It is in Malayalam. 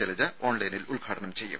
ശൈലജ ഓൺലൈനായി ഉദ്ഘാടനം ചെയ്യും